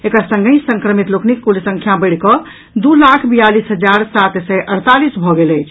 एकर संगहि संक्रमित लोकनिक कुल संख्या बढ़िकऽ दू लाख बियालीस हजार सात सय अड़तालीस भऽ गेल अछि